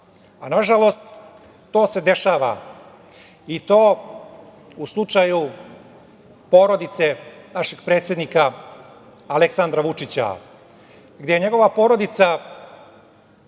a nažalost, to se dešava i to u slučaju porodice našeg predsednika Aleksandra Vučića, gde je njegova porodica,